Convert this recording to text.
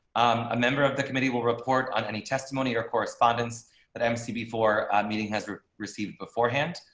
a member of the committee will report on any testimony or correspondence that mc before meeting has received beforehand.